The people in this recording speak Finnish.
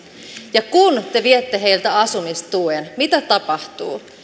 ja kun te viette heiltä asumistuen mitä tapahtuu